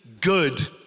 good